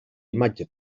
imatge